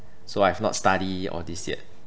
so I've not study all this yet